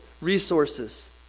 resources